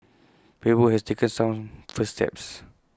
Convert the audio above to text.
Facebook has taken some first steps